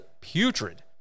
putrid